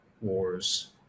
wars